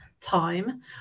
time